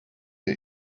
der